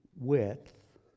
width